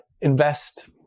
invest